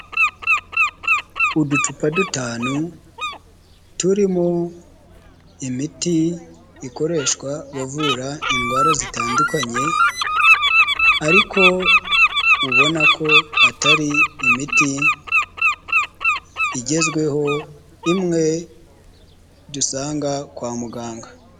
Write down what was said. Uducupa dutanu turimo imiti ikoreshwa bavura indwara zitandukanye, ariko ubona ko atari imiti igezweho. Imwe dusanga kwa muganga.